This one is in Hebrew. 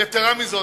יתירה מזאת,